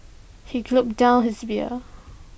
he down his beer